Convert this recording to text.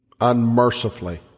unmercifully